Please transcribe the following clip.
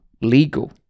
legal